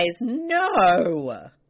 No